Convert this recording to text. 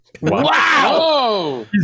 Wow